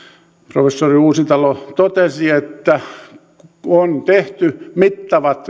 professori uusitalo totesi että on tehty mittavat